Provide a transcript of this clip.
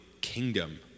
kingdom